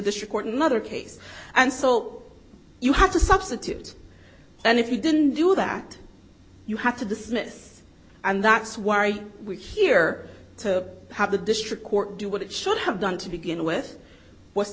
shortened other case and so you have to substitute and if you didn't do that you have to dismiss and that's why we're here to have the district court do what it should have done to begin with w